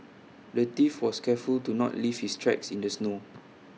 the thief was careful to not leave his tracks in the snow